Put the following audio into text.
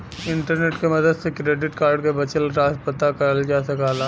internet के मदद से क्रेडिट कार्ड क बचल राशि पता करल जा सकला